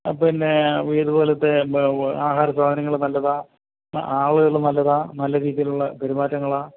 പിന്നേ ഇത് പോലത്തേ ആഹാര സാധനങ്ങൾ നല്ലതാണ് ആളുകൾ നല്ലതാണ് നല്ല രീതിയിലുള്ള പെരുമാറ്റങ്ങളാണ്